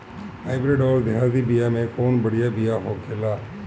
Hybrid अउर देहाती बिया मे कउन बढ़िया बिया होखेला?